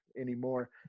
anymore